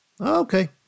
Okay